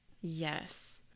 Yes